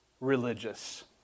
religious